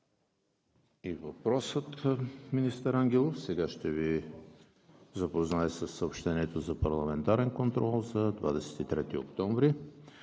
с въпроса към министър Ангелов. Сега ще Ви запозная със съобщенията за парламентарния контрол за 23 октомври